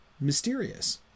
mysterious